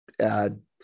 add